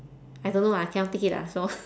I don't know lah I cannot take it lah so